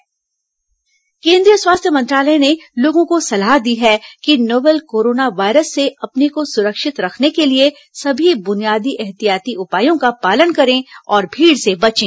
corona एहतियाती उपाय केंद्रीय स्वास्थ्य मंत्रालय ने लोगों को सलाह दी है कि नोवल कोरोना वायरस से अपने को सुरक्षित रखने के लिए सभी बुनियादी एहतियाती उपायों का पालन करें और भीड़ से बचें